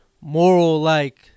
moral-like